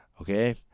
okay